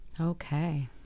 Okay